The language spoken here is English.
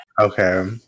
Okay